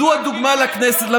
זו הדוגמה לכנסת,